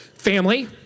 family